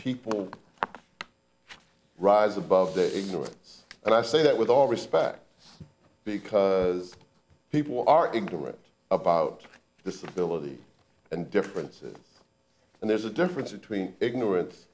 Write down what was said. people rise above the ignorance and i say that with all respect because people are incorrect about the civility and differences and there's a difference between ignorance